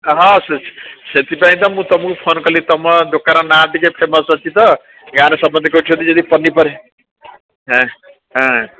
ହଁ ସେଥିପାଇଁ ତ ମୁଁ ତୁମକୁ ଫୋନ୍ କଲି ତୁମ ଦୋକାନ ନାଁ ଟିକେ ଫେମସ୍ ଅଛି ତ ଗାଁର ସମସ୍ତେ କହୁଛନ୍ତି ଯଦି ପନିପରିବା ହାଁ ହାଁ